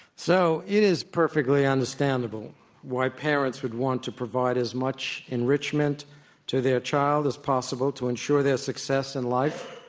so it is perfectly understandable why parents would want to provide as much enrichment to their child as possible to ensure their success in life.